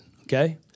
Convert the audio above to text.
okay